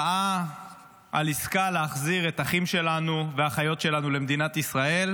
במחאה על עסקה להחזיר את האחים שלנו והאחיות שלנו למדינת ישראל,